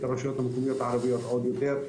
הרשויות המקומיות הערביות עוד יותר.